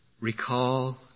recall